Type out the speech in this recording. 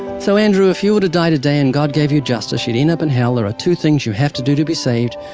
so, andrew, if you were to die today and god gave you justice, you'd end up in hell. there are two things you have to do to be saved.